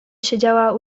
siedziała